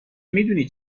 میدونی